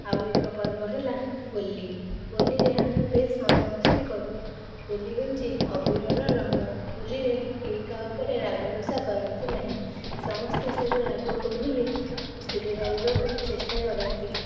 ଆଉ ଏକ ପର୍ବ ହେଲା ହୋଲି ହୋଲିରେ ଆମେ ବେଶ୍ ମଜାମସ୍ତି କରୁ ହୋଲି ହେଉଛି ଅବିରର ରଙ୍ଗ ହୋଲିରେ କେହି କାହା ଉପରେ ରାଗଋଷା କରନ୍ତି ନାହିଁ ସମସ୍ତେ ସବୁ ରାଗକୁ ଭୁଲି ଖୁସିରେ ରହିବାକୁ ଚେଷ୍ଟା କରନ୍ତି